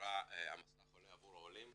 שנקרא "המסך עולה עבור העולים"